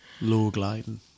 Low-gliding